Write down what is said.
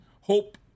Hope